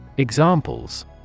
Examples